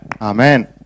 Amen